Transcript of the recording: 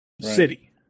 city